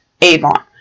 Avon